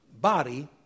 body